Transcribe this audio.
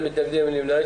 מי נגד?